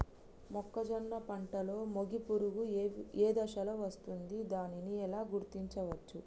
మొక్కజొన్న పంటలో మొగి పురుగు ఏ దశలో వస్తుంది? దానిని ఎలా గుర్తించవచ్చు?